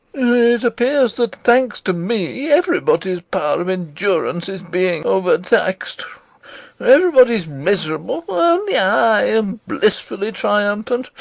it appears that, thanks to me, everybody's power of endurance is being overtaxed everybody is miserable, only i am blissfully triumphant.